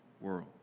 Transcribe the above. world